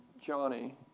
Johnny